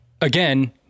again